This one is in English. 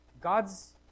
God's